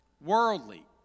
worldly